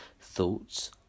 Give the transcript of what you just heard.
Thoughts